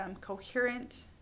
coherent